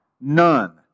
None